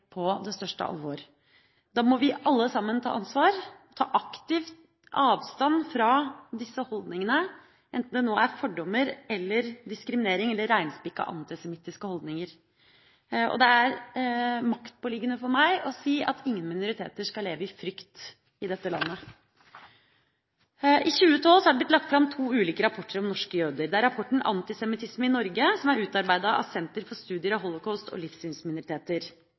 det på største alvor. Vi må alle sammen ta ansvar ved å ta aktivt avstand fra disse holdningene, enten det nå er fordommer eller diskriminering eller reinspikka antisemittiske holdninger. Det er maktpåliggende for meg å si at ingen minoriteter skal leve i frykt i dette landet. I 2012 har det blitt lagt fram to ulike rapporter om norske jøder. Det er rapporten Antisemittisme i Norge, som er utarbeidet av Senter for studier av Holocaust og livssynsminoriteter.